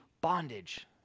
bondage